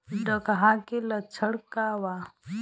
डकहा के लक्षण का वा?